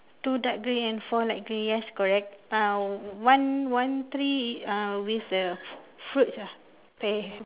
two dark green and four light green yes correct ah one tree uh with the fruits ah pear